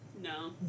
No